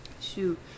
Shoot